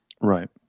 Right